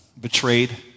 betrayed